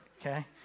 okay